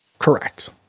Correct